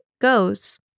goes